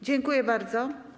Dziękuję bardzo.